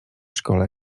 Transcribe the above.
szkole